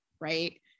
Right